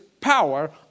power